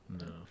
No